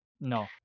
No